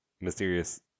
Mysterious